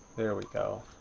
there we go.